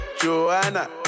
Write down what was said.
Joanna